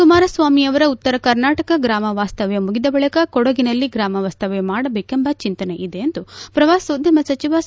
ಕುಮಾರಸ್ವಾಮಿ ಅವರ ಉತ್ತರ ಕರ್ನಾಟಕ ಗ್ರಾಮವಾಸ್ತವ್ಯ ಮುಗಿದ ಬಳಿಕ ಕೊಡಗಿನಲ್ಲಿ ಗ್ರಾಮವಾಸ್ತವ್ಕ ಮಾಡಬೇಕೆಂಬ ಚಿಂತನೆ ಇದೆ ಎಂದು ಪ್ರವಾಸೋದ್ಯಮ ಸಚಿವ ಸಾ